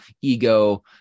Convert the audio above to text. ego